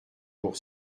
pour